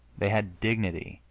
they had dignity,